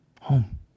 Home